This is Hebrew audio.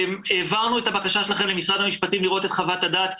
העברנו את הבקשה שלכם לראות את חוות הדעת למשרד המשפטים.